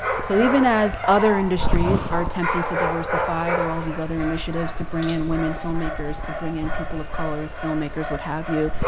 so even as other industries are attempting to diversify there are all of these other initiatives to bring in women filmmakers, to bring in people of color as filmmakers, what have you,